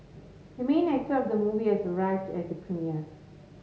the main actor of the movie has arrived at the premiere